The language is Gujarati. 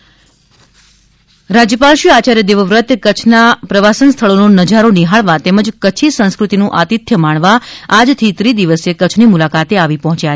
રાજ્યપાલ ગુજરાત રાજ્યના રાજ્યપાલ આયાર્ય દેવવ્રત કચ્છના પ્રવાસન સ્થળોનો નજારો નીહાળવા તેમજ કચ્છી સંસ્કૃતિનું આતિથ્ય માણવા આજથી ત્રિદિવસીય કચ્છની મુલાકાતે આવી પહોચ્યા